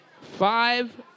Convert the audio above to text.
five